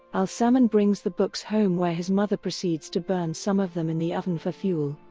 al-samman brings the books home where his mother proceeds to burn some of them in the oven for fuel.